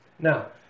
Now